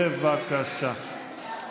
בבקשה.